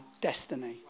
destiny